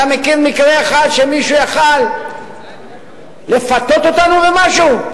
אתה מכיר מקרה אחד שמישהו יכול לפתות אותנו במשהו,